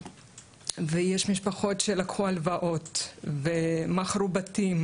יש משפחות שלקחו הלוואות ומכרו בתים